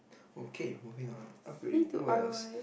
okay moving on upgrading what else